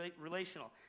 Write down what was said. relational